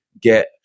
get